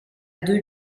deux